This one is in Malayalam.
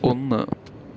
ഒന്ന്